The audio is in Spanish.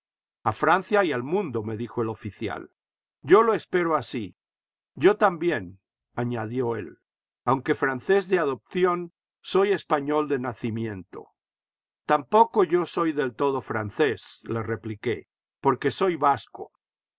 a francia y al mundo me dijo el oficial yo lo espero así yo también añadió él aunque francés de adopción soy español de nacimiento tampoco yo soy del todo francés le repliqué porque soy vasco